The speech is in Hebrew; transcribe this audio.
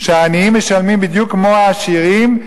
העניים משלמים בדיוק כמו העשירים,